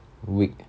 weak